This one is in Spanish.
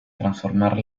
transformar